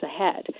ahead